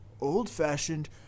old-fashioned